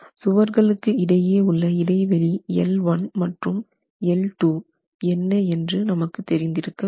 சுவர்களுக்கு இடையே உள்ள இடைவெளி L1 மற்றும் L2 என்ன என்று நமக்கு தெரிந்து இருக்க வேண்டும்